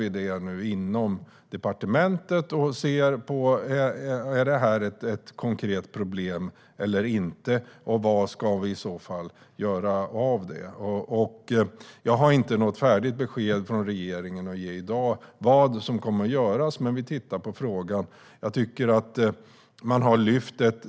Vi arbetar nu med det inom departementet och ser efter om det är ett konkret problem eller inte. Vad ska vi i så fall göra åt det? Jag har inte något färdigt besked från regeringen att ge i dag om vad som kommer att göras. Men vi tittar på frågan.